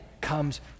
comes